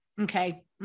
Okay